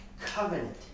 covenant